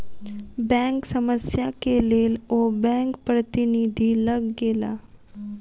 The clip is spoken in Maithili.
बैंक समस्या के लेल ओ बैंक प्रतिनिधि लग गेला